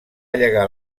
llegar